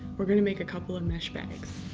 we're gonna make a couple of mesh bags.